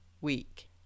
week